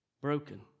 broken